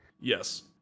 Yes